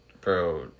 Bro